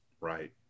Right